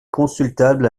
consultable